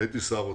שר אוצר.